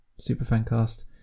SuperFanCast